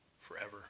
forever